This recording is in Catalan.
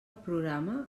programa